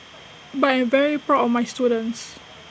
but I am very proud of my students